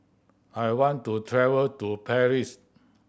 I want to travel to Paris